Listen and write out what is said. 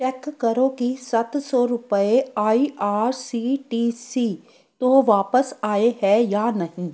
check ਕਰੋ ਕਿ ਸੱਤ ਸੌ ਰੁਪਏ I R C T C ਤੋਂ ਵਾਪਸ ਆਏ ਹੈ ਜਾਂ ਨਹੀਂ